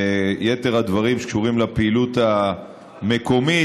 יתר הדברים שקשורים לפעילות המקומית,